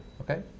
Okay